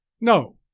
No